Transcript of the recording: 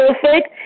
perfect